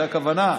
זו הכוונה?